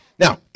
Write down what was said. Now